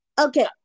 Okay